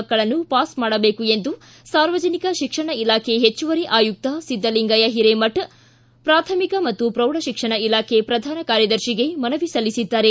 ಮಕ್ಕಳನ್ನು ಪಾಸ್ ಮಾಡಬೇಕು ಎಂದು ಸಾರ್ವಜನಿಕ ಶಿಕ್ಷಣ ಇಲಾಖೆ ಹೆಚ್ಚುವರಿ ಆಯುಕ್ತ ಸಿದ್ದಲಿಂಗಯ್ಯ ಹಿರೇಮಠ ಪ್ರಾಥಮಿಕ ಮತ್ತು ಪ್ರೌಢಶಿಕ್ಷಣ ಇಲಾಖೆ ಪ್ರಧಾನ ಕಾರ್ಯದರ್ಶಿಗೆ ಮನವಿ ಸಲ್ಲಿಸಿದ್ದಾರೆ